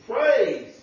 Praise